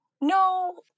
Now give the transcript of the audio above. No